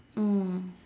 mm